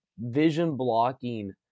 vision-blocking